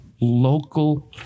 local